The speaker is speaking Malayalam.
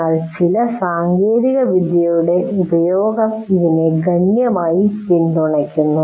എന്നാൽ ചില സാങ്കേതികവിദ്യയുടെ ഉപയോഗം ഇതിനെ ഗണ്യമായി പിന്തുണയ്ക്കുന്നു